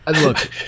look